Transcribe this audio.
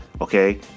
Okay